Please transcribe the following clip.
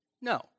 No